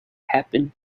happen